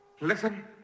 Listen